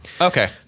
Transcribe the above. okay